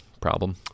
problem